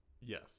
Yes